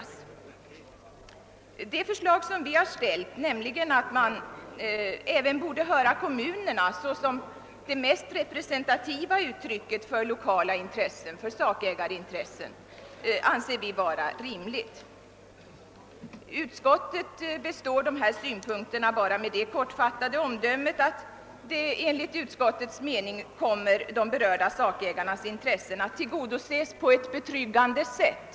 Vi anser det förslag som vi ställt, nämligen att man även borde höra kommunerna såsom det mest representativa uttrycket för berörda lokala sakägarintressen, vara rimligt. Utskottet består dessa synpunkter med det kortfattade omdömet, att de berörda sakägarnas intressen enligt utskottets mening kommer att tillgodoses på ett betryggande sätt.